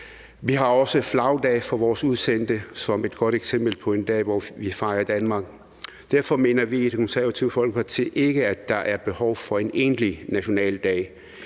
Vi har også en flagdag for vores udsendte som et godt eksempel på en dag, hvor vi fejrer Danmark. Derfor mener vi i Det Konservative Folkeparti ikke, at der er behov for en enkelt nationaldag.